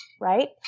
right